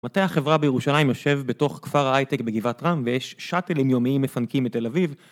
מתי החברה בירושלים יושב בתוך כפר ההייטק בגבעת רם ויש שאטלים יומיים מפנקים מתל אביב